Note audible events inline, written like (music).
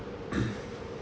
(coughs)